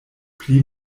pli